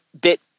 bit